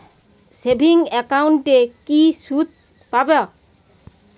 Savings একাউন্টে কি সুদ পাব?